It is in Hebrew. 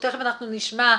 תיכף נשמע,